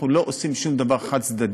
אנחנו לא עושים שום דבר חד-צדדי.